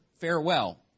farewell